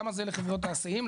למה זה לחברות ההיסעים,